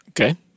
Okay